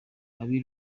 ab’i